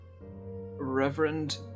Reverend